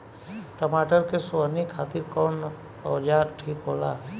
टमाटर के सोहनी खातिर कौन औजार ठीक होला?